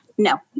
No